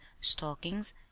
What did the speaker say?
stockings